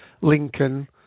Lincoln